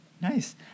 Nice